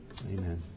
Amen